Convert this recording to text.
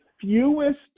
fewest